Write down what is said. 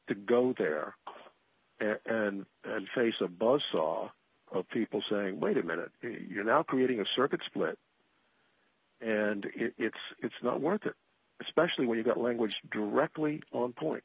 to go there and face a buzz saw of people saying wait a minute you're now creating a circuit split and it's it's not worth it especially when you've got a language directly on point